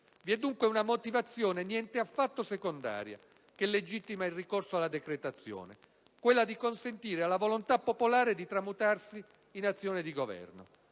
Vi è dunque una motivazione nient'affatto secondaria che legittima il ricorso alla decretazione: quella di consentire alla volontà popolare di tramutarsi in azione di Governo.